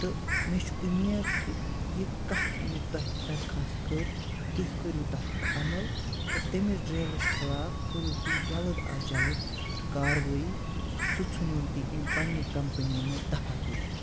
تہٕ مےٚ چھُ اُمید کہِ یہِ کَتھ مےٚ تۄہہِ دَرخاس کٔر تُہۍ کٔرِو تَتھ پٮ۪ٹھ عمل تہٕ تٔمِس ڈرٛیورَس خلاف کٔرِو تُہۍ جلد اَز جلد کاروٲیی سُہ ژھٕنہِ وُن تُہۍ أمۍ پنٛنہِ کَمپٔنی منٛز دَفا کٔرِتھ